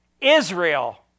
Israel